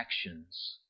actions